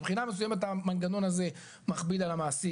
מבחינה מסוימת המנגנון הזה מכביד על המעסיק